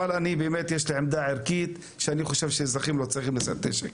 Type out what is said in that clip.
בלי קשר לכך שעמדתי הערכית היא שאזרחים לא צריכים לשאת נשק.